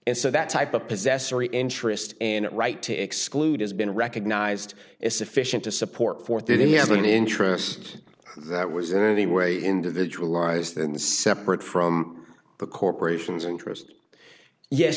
and so that type of possessory interest and right to exclude has been recognized as sufficient to support forth that he has an interest that was in any way individualized and separate from the corporation's interest yes